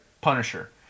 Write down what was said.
Punisher